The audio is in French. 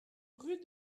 rue